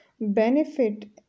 benefit